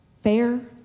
Fair